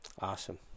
Awesome